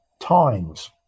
times